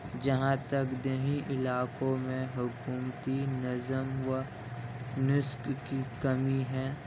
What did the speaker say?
جہاں تک دیہی علاقوں میں حکومتی نظم و نسق کی کمی ہے